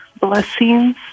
blessings